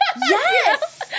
Yes